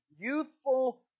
youthful